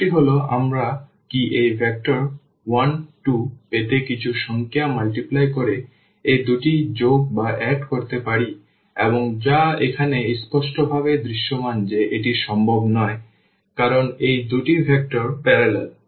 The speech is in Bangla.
প্রশ্নটি হল আমরা কি এই ভেক্টর 1 2 পেতে কিছু সংখ্যা গুণ করে এই দুটি যোগ করতে পারি এবং যা এখানে স্পষ্টভাবে দৃশ্যমান যে এটি সম্ভব নয় কারণ এই দুটি ভেক্টর প্যারালাল